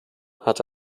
hatte